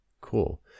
cool